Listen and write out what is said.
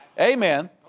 amen